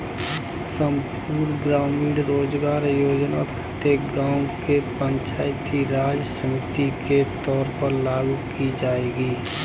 संपूर्ण ग्रामीण रोजगार योजना प्रत्येक गांव के पंचायती राज समिति के तौर पर लागू की जाएगी